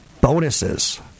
bonuses